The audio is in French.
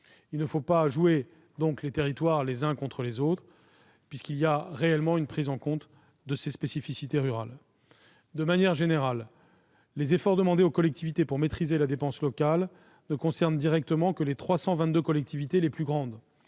Il ne faut pas jouer les territoires les uns contre les autres ! Nous prenons réellement en compte les spécificités rurales. De manière plus générale, les efforts demandés aux collectivités pour maîtriser la dépense locale ne concernent directement que les 322 collectivités les plus grandes.